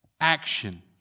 action